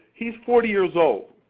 he's forty years old.